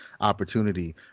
opportunity